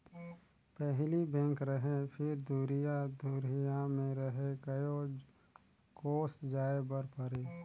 पहिली बेंक रहें फिर दुरिहा दुरिहा मे रहे कयो कोस जाय बर परे